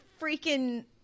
freaking